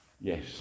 Yes